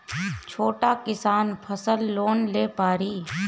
छोटा किसान फसल लोन ले पारी?